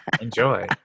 Enjoy